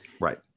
Right